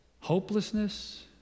hopelessness